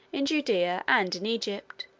in judea, and in egypt,